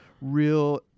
real